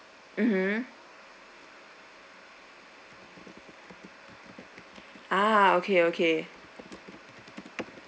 mmhmm ah okay okay